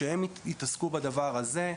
כדי שהם יתעסקו בדבר הזה.